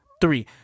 three